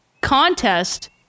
contest